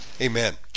Amen